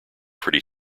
pretty